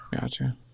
Gotcha